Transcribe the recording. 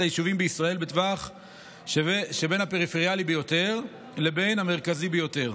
היישובים בישראל בטווח שבין הפריפריאלי ביותר לבין המרכזי ביותר.